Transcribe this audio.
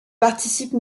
participe